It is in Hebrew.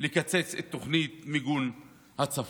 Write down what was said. לקצץ את תוכנית מיגון הצפון.